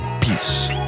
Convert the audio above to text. peace